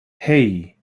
hei